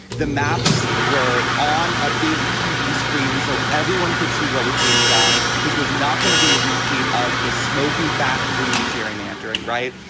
the maps were on a big tv screen so everyone could see what was being done. this was not going to be a repeat of the smoky back room gerrymandering right.